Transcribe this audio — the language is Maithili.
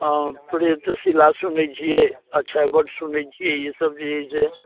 थोड़े तऽ सिला सुनैत छियै अच्छा बड सुनैत छियै ई सभ जे अइ से